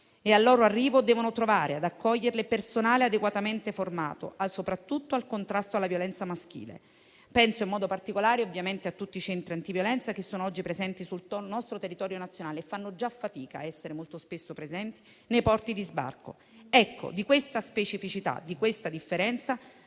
e al loro arrivo devono trovare ad accoglierle personale adeguatamente formato soprattutto al contrasto della violenza maschile. Penso in modo particolare a tutti i centri antiviolenza che sono oggi presenti sul nostro territorio nazionale e che fanno già fatica molto spesso a essere presenti nei porti di sbarco. Ecco, di questa specificità e di questa differenza